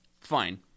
Fine